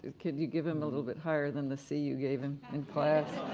could you give him a little bit higher than the c you gave him in class.